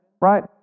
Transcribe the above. right